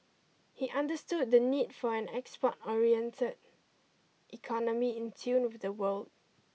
he understood the need for an export oriented economy in tune with the world